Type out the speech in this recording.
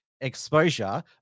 exposure